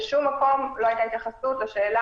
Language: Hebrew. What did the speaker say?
בשום מקום לא הייתה התייחסות לשאלה